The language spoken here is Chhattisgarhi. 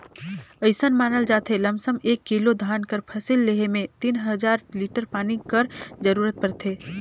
अइसन मानल जाथे लमसम एक किलो धान कर फसिल लेहे में तीन हजार लीटर पानी कर जरूरत परथे